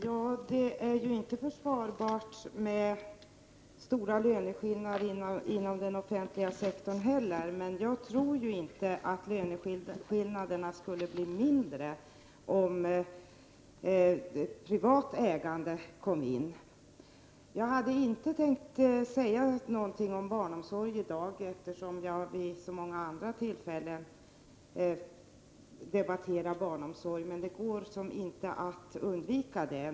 Fru talman! Det är inte försvarbart med stora löneskillnader inom den offentliga sektorn. Jag tror inte att löneskillnaderna skulle bli mindre om ett privat ägande kom in. Jag hade inte tänkt att tala om barnomsorg i dag, eftersom vi har så många andra tillfällen till att debattera barnomsorg. Men det går inte att undvika ämnet.